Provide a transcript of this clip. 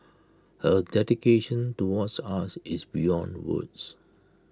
her dedication towards us is beyond words